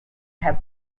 have